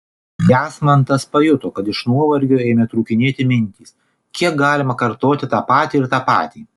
jasmantas pajuto kad iš nuovargio ėmė trūkinėti mintys kiek galima kartoti tą patį ir tą patį